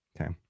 Okay